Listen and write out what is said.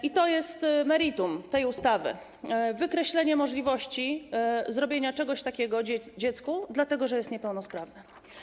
I to jest meritum tej ustawy: wykreślenie możliwości zrobienia czegoś takiego dziecku, dlatego że jest niepełnosprawne.